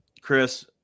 Chris